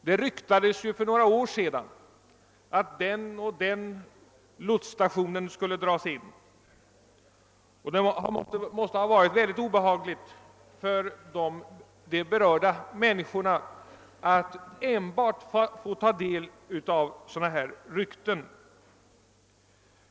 Det ryktades ju för några år sedan att den och den lotsstationen skulle dras in, och det måste ha varit mycket obehagligt för de berörda människorna att enbart få del av sådana rykten.